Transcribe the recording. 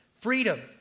freedom